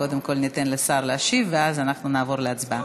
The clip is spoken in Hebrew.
קודם כול ניתן לשר להשיב ואז אנחנו נעבור להצבעה.